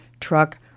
truck